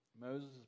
Moses